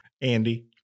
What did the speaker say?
Andy